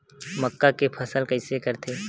मक्का के फसल कइसे करथे?